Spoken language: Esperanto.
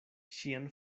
ŝian